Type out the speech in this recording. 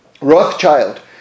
Rothschild